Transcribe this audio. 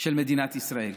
של מדינת ישראל.